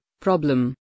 problem